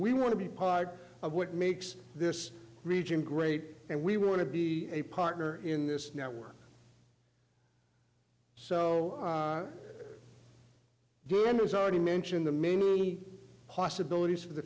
we want to be part of what makes this region great and we want to be a partner in this network so good those already mentioned the possibilities for the